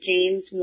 James